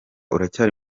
uracyari